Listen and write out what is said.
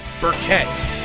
Burkett